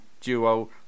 duo